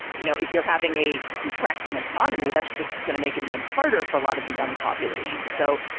you know, if you're having a contracting economy, that's just going to make it even harder for a lot of the young population. so.